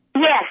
Yes